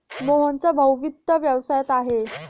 मोहनचा भाऊ वित्त व्यवसायात आहे